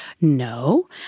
no